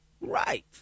right